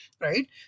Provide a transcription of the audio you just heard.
right